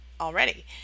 already